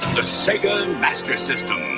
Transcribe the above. the sega master system.